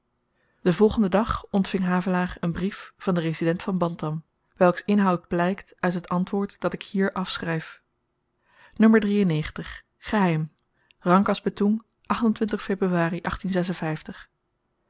den volgenden dag ontving havelaar een brief van den resident van bantam welks inhoud blykt uit het antwoord dat ik hier afschryf n geheim rangkas betoeng februari